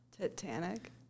Titanic